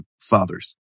fathers